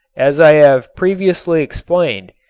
as i have previously explained,